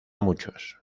muchos